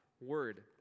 word